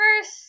first